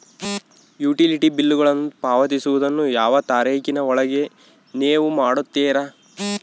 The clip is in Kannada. ಯುಟಿಲಿಟಿ ಬಿಲ್ಲುಗಳನ್ನು ಪಾವತಿಸುವದನ್ನು ಯಾವ ತಾರೇಖಿನ ಒಳಗೆ ನೇವು ಮಾಡುತ್ತೇರಾ?